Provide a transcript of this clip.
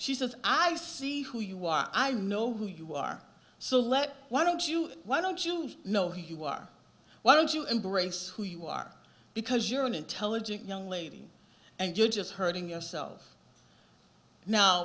she says i see who you are i know who you are so let's why don't you why don't you know he was why don't you embrace who you are because you're an intelligent young lady and you're just hurting yourself now